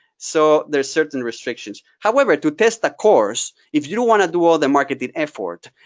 so there's certain restrictions. however to test a course, if you don't want to do all the marketing effort,